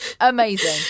amazing